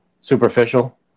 superficial